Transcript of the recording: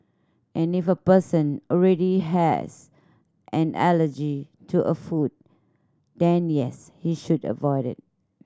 and if a person already has an allergy to a food then yes he should avoid it